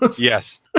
Yes